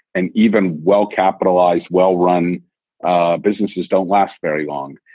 and even well-capitalized, well-run ah businesses don't last very long.